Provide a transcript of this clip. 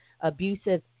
abusive